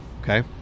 Okay